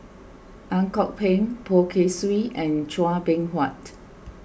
Ang Kok Peng Poh Kay Swee and Chua Beng Huat